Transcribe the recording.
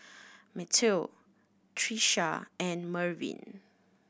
Matteo Trisha and Mervin